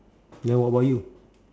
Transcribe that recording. then what about you